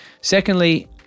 Secondly